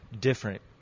different